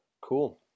Cool